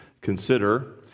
consider